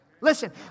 Listen